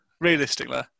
Realistically